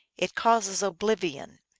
it causes oblivion.